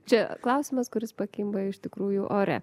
čia klausimas kuris pakimba iš tikrųjų ore